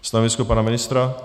Stanovisko pana ministra?